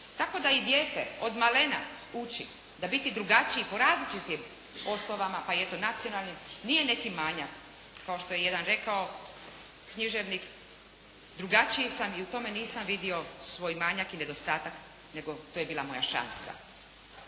tako da i dijete od malena čudi da biti drugačiji po različitim osnovama pa i eto nacionalnim nije neki manjak kao što je jedan rekao književnik: "Drugačiji sam i u tome nisam vidio svoj manjak i nedostatak nego to je bila moja šansa.".